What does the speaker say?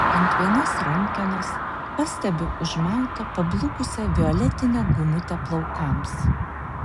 ant vienos rankenos pastebiu užmautą pablukusią violetinę gumutę plaukams